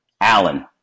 Allen